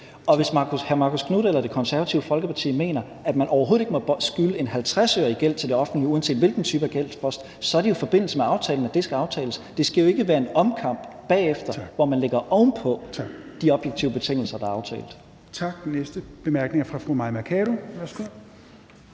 Hvis hr. Marcus Knuth eller Det Konservative Folkeparti mener, at man overhovedet ikke må skylde bare 50 øre til det offentlige, uanset hvilken type gældspost der er tale om, er det jo i forbindelse med aftalen, at det skal aftales. Det skal jo ikke være en omkamp bagefter, hvor man lægger oven på de objektive betingelser, der er aftalt. Kl. 18:32 Fjerde næstformand (Rasmus